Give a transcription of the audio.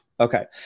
Okay